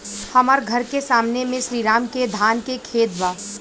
हमर घर के सामने में श्री राम के धान के खेत बा